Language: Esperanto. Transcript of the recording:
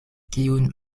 kiun